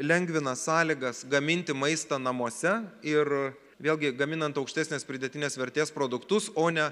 lengvina sąlygas gaminti maistą namuose ir vėlgi gaminant aukštesnės pridėtinės vertės produktus o ne